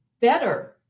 better